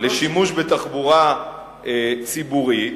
לשימוש בתחבורה ציבורית,